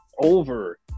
over